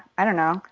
i don't know,